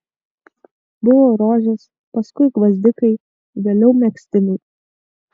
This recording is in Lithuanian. buvo rožės paskui gvazdikai vėliau megztiniai